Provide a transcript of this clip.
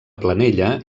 planella